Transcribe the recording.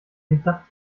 gedacht